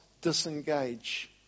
disengage